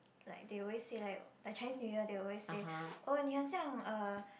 like they always say like like Chinese New Year they always say oh 你很像 uh